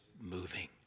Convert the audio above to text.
moving